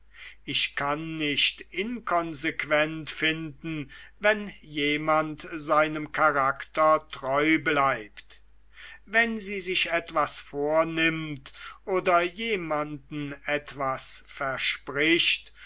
ich kann nicht inkonsequent finden wenn jemand seinem charakter treu bleibt wenn sie sich etwas vornimmt oder jemanden etwas verspricht